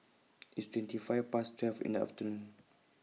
IT IS twenty five Past twelve in The afternoon